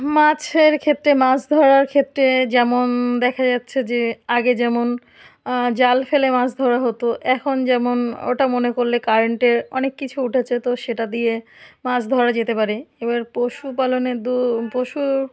মাছের ক্ষেত্রে মাছ ধরার ক্ষেত্রে যেমন দেখা যাচ্ছে যে আগে যেমন জাল ফেলে মাছ ধরা হতো এখন যেমন ওটা মনে করলে কারেন্টের অনেক কিছু উঠেছে তো সেটা দিয়ে মাছ ধরা যেতে পারে এবার পশু পালনে দো পশু